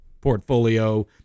portfolio